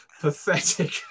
pathetic